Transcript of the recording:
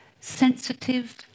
sensitive